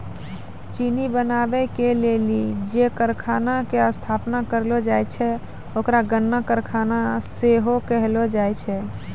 चिन्नी बनाबै के लेली जे कारखाना के स्थापना करलो जाय छै ओकरा गन्ना कारखाना सेहो कहलो जाय छै